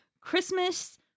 christmas